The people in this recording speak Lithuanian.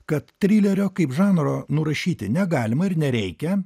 kad trilerio kaip žanro nurašyti negalima ir nereikia